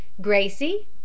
Gracie